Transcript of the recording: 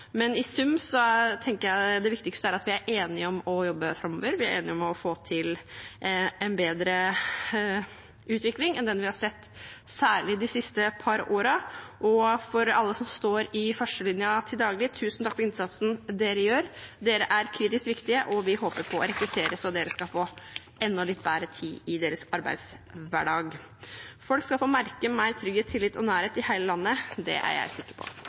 men i sum tenker jeg det viktigste er at vi er enige om å jobbe framover. Vi er enige om å få til en bedre utvikling enn den vi har sett, særlig de siste par årene. Til alle som står i førstelinjen til daglig: Tusen takk for innsatsen de gjør. De er kritisk viktige, og vi håper på å rekruttere, så de skal få enda litt bedre tid i arbeidshverdagen deres. Folk skal få merke mer trygghet, tillit og nærhet i hele landet, det er jeg sikker på.